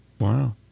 Wow